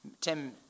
Tim